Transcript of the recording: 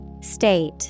State